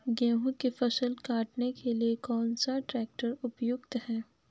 गेहूँ की फसल काटने के लिए कौन सा ट्रैक्टर उपयुक्त है?